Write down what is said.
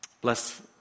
Bless